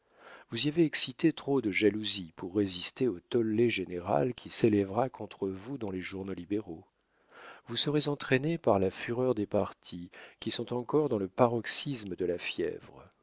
vous y avez excité trop de jalousie pour résister au tolle général qui s'élèvera contre vous dans les journaux libéraux vous serez entraîné par la fureur des partis qui sont encore dans le paroxysme de la fièvre